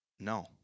No